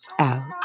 out